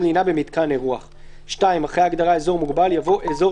לינה במיתקן אירוח,"; (2)אחרי ההגדרה "אזור מוגבל" יבוא: ""אזור